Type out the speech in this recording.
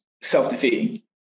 self-defeating